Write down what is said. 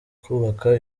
kubaka